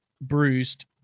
bruised